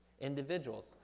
individuals